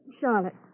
Charlotte